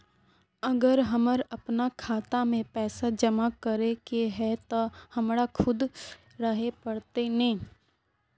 अगर हमर अपना खाता में पैसा जमा करे के है ते हमरा खुद रहे पड़ते ने?